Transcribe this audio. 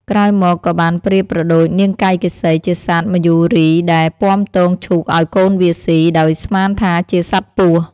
ក្រោយមកក៏បានប្រៀបប្រដូចនាងកៃកេសីជាសត្វមយូរីដែល ពាំទងឈូកឱ្យកូនវាស៊ី ដោយស្មានថាជាសត្វពស់។